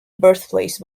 birthplace